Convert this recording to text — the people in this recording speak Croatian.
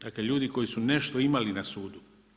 Dakle, ljudi koji su nešto imali na sudu.